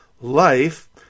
life